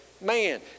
man